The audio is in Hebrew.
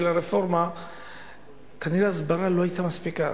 הרפורמה - כנראה ההסברה לא היתה מספיקה.